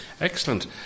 excellent